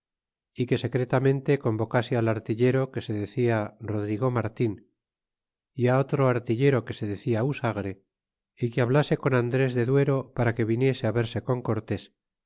cortes que secretamente convocase al artillero que se decia rodrigo martin á otro artillero que se decia usagre que hablase con andres de duero para que viniese verse con cortés